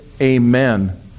amen